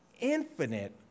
infinite